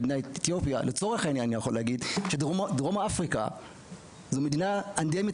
לצורך העניין אני יכול להגיד שדרום אפריקה היא מדינה אנדמית